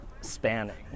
spanning